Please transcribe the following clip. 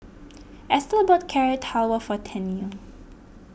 Estelle bought Carrot Halwa for Tennille